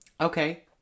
Okay